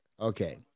okay